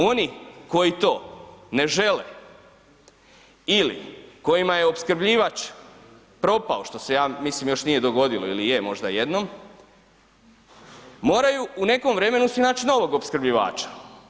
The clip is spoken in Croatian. Oni koji to ne žele ili kojima je opskrbljivač propao, što se ja mislim još nije dogodilo ili je možda jednom, moraju u nekom vremenu si nać novog opskrbljivača.